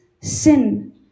sin